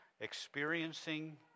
experiencing